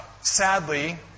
Sadly